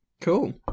Cool